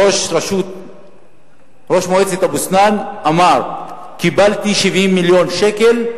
ראש מועצת אבו-סנאן אמר: קיבלתי 70 מיליון שקל,